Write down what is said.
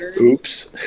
oops